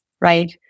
right